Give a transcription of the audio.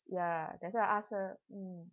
ya that's why I ask her mm